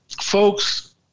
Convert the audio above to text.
folks